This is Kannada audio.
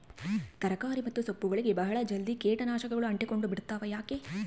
ತರಕಾರಿ ಮತ್ತು ಸೊಪ್ಪುಗಳಗೆ ಬಹಳ ಜಲ್ದಿ ಕೇಟ ನಾಶಕಗಳು ಅಂಟಿಕೊಂಡ ಬಿಡ್ತವಾ ಯಾಕೆ?